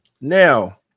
now